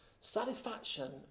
Satisfaction